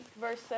verse